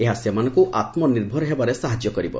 ଏହା ସେମାନଙ୍କୁ ଆତ୍ମନିର୍ଭର ହେବାରେ ସାହାଯ୍ୟ କରିବ